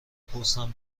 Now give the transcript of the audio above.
پستم